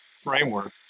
framework